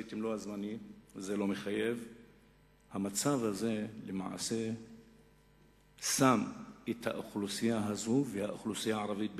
המצב הזה למעשה שם את האוכלוסייה הזאת והאוכלוסייה הערבית בכלל,